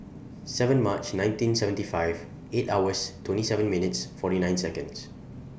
seven March nineteen seventy five eight hours twenty seven minutes forty nine Seconds